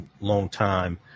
longtime